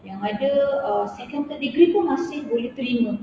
yang ada ah second third degree pun masih boleh terima